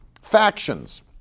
factions